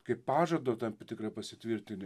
kaip pažado tam tikrą pasitvirtini